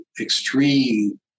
extreme